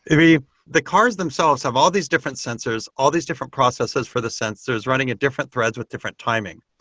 the the cars themselves have all these different sensors, all these different processes for the sensors running at different threads with different timing.